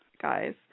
guys